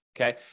Okay